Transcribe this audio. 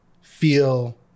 feel